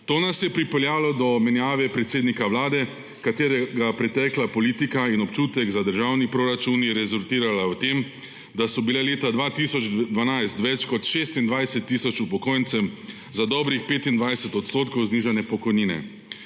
To nas je pripeljalo do menjave predsednika Vlade, čigar pretekla politika in občutek za državni proračun sta rezultirala v tem, da so bile leta 2012 več kot 26 tisoč upokojencem za dobrih 25 % znižane pokojnine.